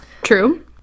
True